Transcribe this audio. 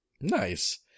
Nice